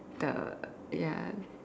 the ya